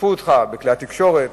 שתקפו אותך בכלי התקשורת,